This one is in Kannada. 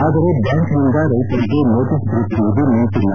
ಆದರೆ ಬ್ಯಾಂಕಿನಿಂದ ರೈತರಿಗೆ ನೋಟಿಸ್ ಬರುತ್ತಿರುವುದು ನಿಂತಿಲ್ಲ